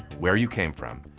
where you came from,